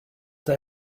they